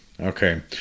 Okay